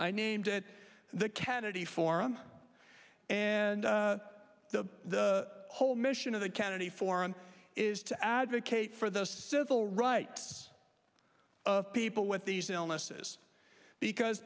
i named the kennedy forum and the whole mission of the kennedy forum is to advocate for the civil rights of people with these illnesses because